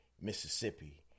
Mississippi